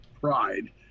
Pride